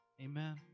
Amen